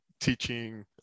teaching